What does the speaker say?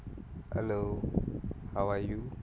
hello how are you